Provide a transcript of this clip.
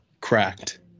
cracked